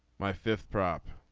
my fifth prop